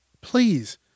Please